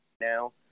Now